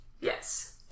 Yes